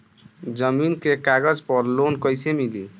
जमीन के कागज पर लोन कइसे मिली?